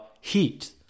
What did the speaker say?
heat